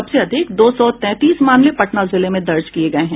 सबसे अधिक दो सौ तैंतीस मामले पटना जिले में दर्ज किये गये हैं